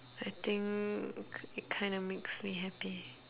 I think it kind of makes me happy